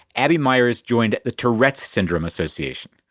abbey meyers joined the tourette's syndrome association.